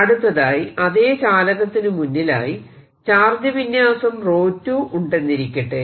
അടുത്തതായി അതെ ചാലകത്തിനു മുന്നിലായി ചാർജ് വിന്യാസം 𝜌2 ഉണ്ടെന്നിരിക്കട്ടെ